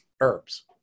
herbs